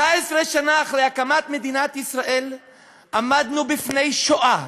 19 שנה אחרי הקמת מדינת ישראל עמדנו בפני שואה.